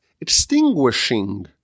extinguishing